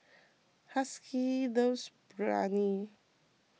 Haskell loves Biryani